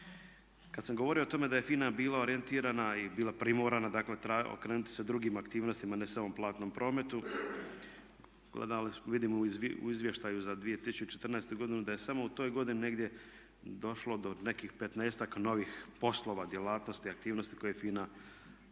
Kad sam govorio o tome da je FINA bila orijentirana i bila primorana, dakle okrenuti se drugim aktivnostima ne samo platnom prometu vidimo u izvještaju za 2014. godinu da je samo u toj godini negdje došlo do nekih petnaestak novih poslova, djelatnosti, aktivnosti koje je FINA